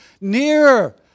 nearer